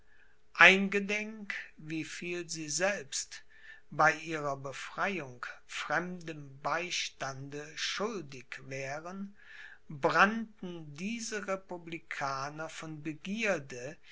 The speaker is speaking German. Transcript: eingedenk wie viel sie selbst bei ihrer befreiung fremdem beistande schuldig wären brannten diese republikaner von begierde